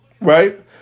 right